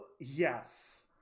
yes